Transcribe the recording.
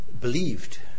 believed